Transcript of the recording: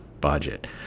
budget